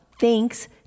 thanks